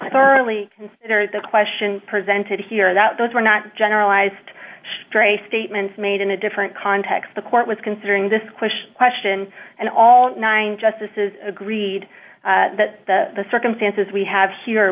thoroughly considered the question presented here that those were not generalized stray statements made in a different context the court was considering this question question and all nine justices agreed that the circumstances we have here